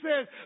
says